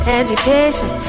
education